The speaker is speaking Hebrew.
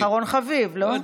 אחרון חביב, לא?